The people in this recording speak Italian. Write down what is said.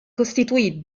costituì